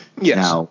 Yes